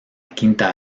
quinta